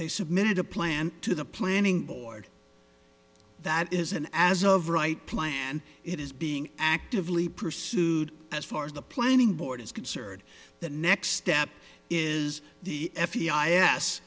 they submitted a plan to the planning board that is an as of right plan it is being actively pursued as far as the planning board is concerned the next step is the f b i s